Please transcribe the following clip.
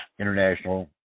international